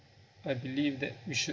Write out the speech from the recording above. I believe that we should